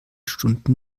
stunden